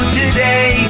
today